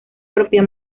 propia